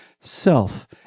self